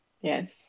Yes